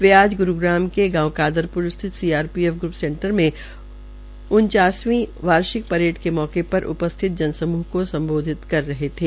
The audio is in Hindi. वे आज ग्रूग्राम के गांव कादरप्र स्थित सीआरपीएफ ग्र्प सेंटर में उन्चांसीवी वार्षिक परेड के मौके पर उपस्थित जनसमूह को सम्बोधित कर रहे थे